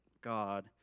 God